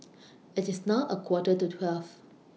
IT IS now A Quarter to twelve